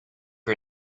her